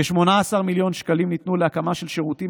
כ-18 מיליון שקלים ניתנו להקמה של שירותים